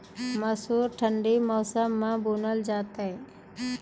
मसूर ठंडी मौसम मे बूनल जेतै?